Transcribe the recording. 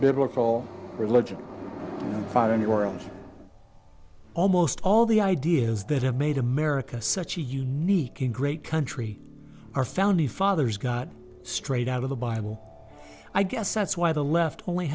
biblical religion find anywhere else almost all the ideas that have made america such a unique and great country our founding fathers got straight out of the bible i guess that's why the left